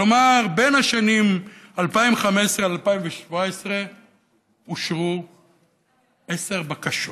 כלומר, בין השנים 2015 ו-2017 אושרו עשר בקשות.